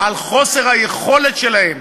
על חוסר היכולת שלהם